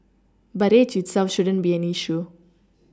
but age itself shouldn't be an issue